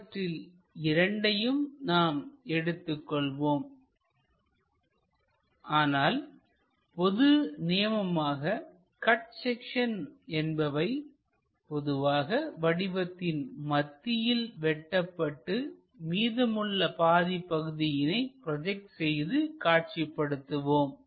இவற்றில் இரண்டையும் நாம் எடுத்துக்கொள்வோம் ஆனால் பொது நியமமாக கட் செக்சன் என்பவை பொதுவாக வடிவத்தின் மத்தியில் வெட்டப்பட்டு மீதமுள்ள பாதி பகுதியினை ப்ரோஜெக்ட் செய்து காட்சிப்படுத்துவோம்